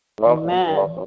Amen